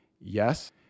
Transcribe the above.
Yes